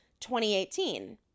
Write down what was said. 2018